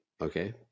Okay